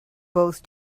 both